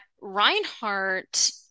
reinhardt